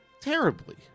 Terribly